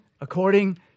according